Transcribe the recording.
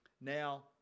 now